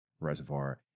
reservoir